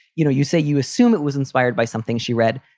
you know, you say you assume it was inspired by something she read.